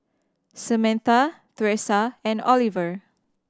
Samantha Thresa and Oliver